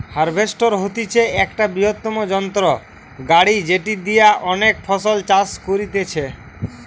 harvester হতিছে একটা বৃহত্তম যন্ত্র গাড়ি যেটি দিয়া অনেক ফসল চাষ করতিছে